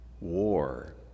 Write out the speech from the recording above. War